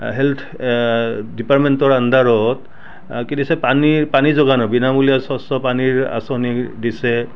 health ডিপাৰ্টমেণ্টৰ আন্দাৰত কি দিছে পানীৰ পানী যোগানৰ বিনামূলীয়া স্বচ্ছ পানীৰ আঁচনি দিছে